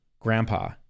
grandpa